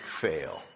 fail